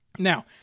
Now